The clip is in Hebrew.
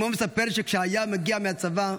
אימו מספרת שכשהיה מגיע מהצבא,